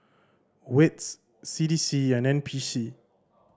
wits C D C and N P C